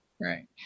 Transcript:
Right